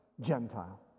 Gentile